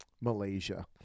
Malaysia